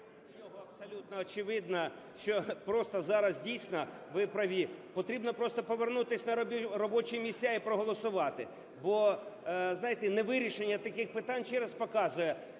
О.В Абсолютно очевидно, що просто зараз, дійсно, ви праві, потрібно просто повернутись на робочі місця і проголосувати, бо, знаєте, невирішення таких питань ще раз показує,